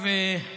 עכשיו, הינה: